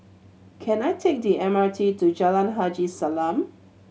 can I take the M R T to Jalan Haji Salam